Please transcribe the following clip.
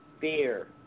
fear